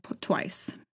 twice